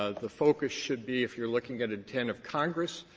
ah the focus should be if you're looking at intent of congress,